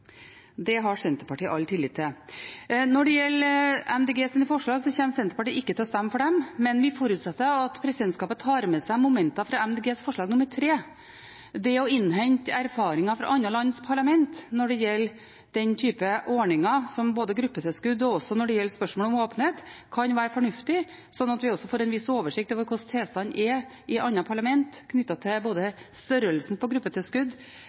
Det har Senterpartiet all tillit til. Når det gjelder Miljøpartiet De Grønnes forslag, kommer Senterpartiet ikke til å stemme for dem, men vi forutsetter at presidentskapet tar med seg momenter fra Miljøpartiet De Grønnes forslag nr. 3, om å innhente erfaringer fra andre lands parlament når det gjelder ordninger som gruppetilskudd og spørsmål om åpenhet. Det kan være fornuftig, slik at vi får en viss oversikt over hvordan tilstanden er i andre parlament når det gjelder både størrelsen på gruppetilskudd,